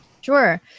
Sure